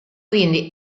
quindi